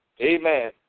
amen